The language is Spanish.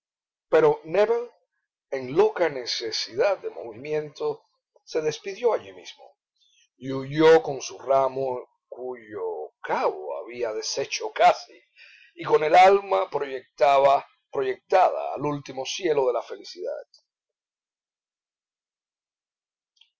pero nébel en loca necesidad de movimiento se despidió allí mismo y huyó con su ramo cuyo cabo había deshecho casi y con el alma proyectada al último cielo de la felicidad